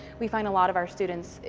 we find a lot of our students,